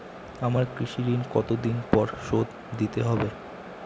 আমার কৃষিঋণ কতদিন পরে শোধ দিতে হবে?